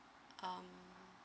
um